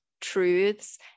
truths